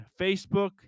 Facebook